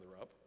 up